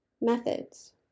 Methods